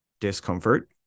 discomfort